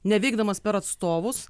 nevykdomas per atstovus